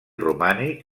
romànic